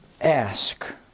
Ask